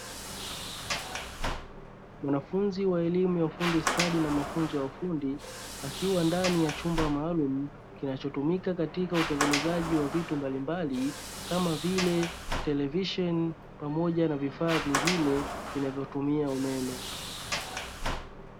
Mwanafunzi wa elimu ya ufundi stadi na mafunzo ya ufundi; akiwa ndani ya chumba maalumu kinachotumika katika utengenezaji wa vitu mbalimbali, kama vile; televisheni pamoja na vifaa vingine vinavyotumia umeme.